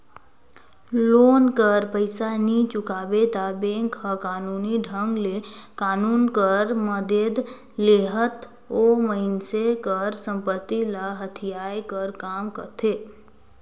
loan कर पइसा नी चुकाबे ता बेंक हर कानूनी ढंग ले कानून कर मदेत लेहत ओ मइनसे कर संपत्ति ल हथियाए कर काम करथे